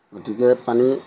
গতিকে পানী